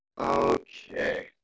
okay